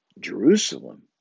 Jerusalem